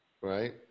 right